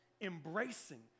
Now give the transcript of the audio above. embracing